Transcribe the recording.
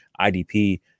IDP